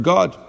God